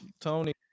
Tony